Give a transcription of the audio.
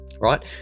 right